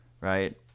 right